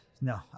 No